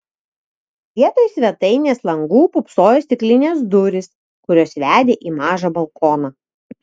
vietoj svetainės langų pūpsojo stiklinės durys kurios vedė į mažą balkoną